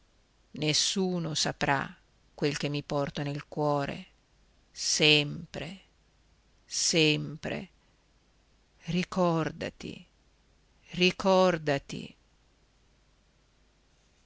nessuno saprà quel che mi porto nel cuore sempre sempre ricordati ricordati